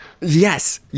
Yes